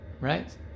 right